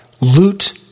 Loot